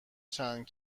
چند